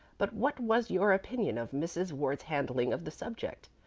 but what was your opinion of mrs. ward's handling of the subject?